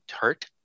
hurt